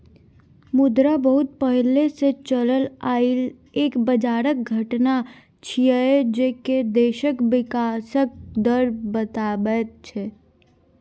मुद्रा बहुत पहले से चलल आइल एक बजारक घटना छिएय जे की देशक विकासक दर बताबैत छै